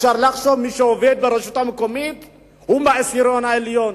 אפשר לחשוב שמי שעובד ברשות המקומית הוא מהעשירון העליון,